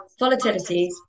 volatilities